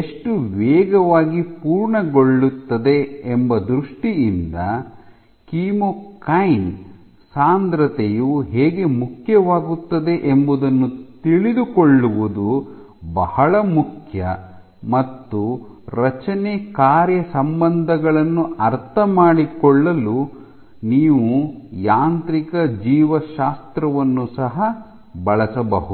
ಎಷ್ಟು ವೇಗವಾಗಿ ಪೂರ್ಣಗೊಳ್ಳುತ್ತದೆ ಎಂಬ ದೃಷ್ಟಿಯಿಂದ ಕೀಮೋಕೈನ್ ಸಾಂದ್ರತೆಯು ಹೇಗೆ ಮುಖ್ಯವಾಗುತ್ತದೆ ಎಂಬುದನ್ನು ತಿಳಿದುಕೊಳ್ಳುವುದು ಬಹಳ ಮುಖ್ಯ ಮತ್ತು ರಚನೆ ಕಾರ್ಯ ಸಂಬಂಧಗಳನ್ನು ಅರ್ಥಮಾಡಿಕೊಳ್ಳಲು ನೀವು ಯಾಂತ್ರಿಕ ಜೀವಶಾಸ್ತ್ರವನ್ನು ಸಹ ಬಳಸಬಹುದು